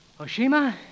Oshima